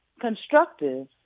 constructive